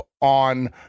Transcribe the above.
on